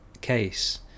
case